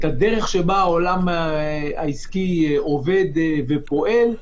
את הדרך שבה העולם העסקי עובד ופועל.